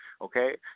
Okay